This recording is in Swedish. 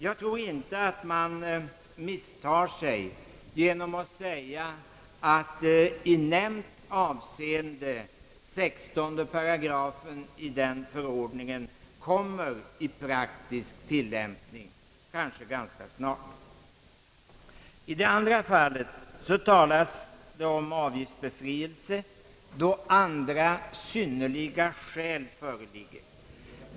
Jag tror inte att man misstar sig om man säger att 16 § i förordningen i nämnt avseende kanske ganska snart kommer i praktisk tillämpning. I det andra fallet stadgas om avgiftsbefrielse när andra synnerliga skäl föreligger.